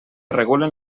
regulen